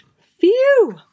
Phew